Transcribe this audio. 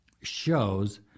shows